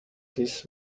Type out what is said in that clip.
this